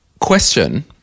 question